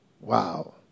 Wow